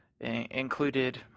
included